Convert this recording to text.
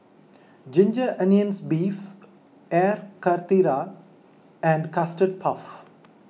Ginger Onions Beef Air Karthira and Custard Puff